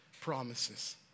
promises